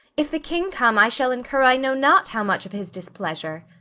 if the king come, i shall incur i know not how much of his displeasure.